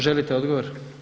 Želite odgovor.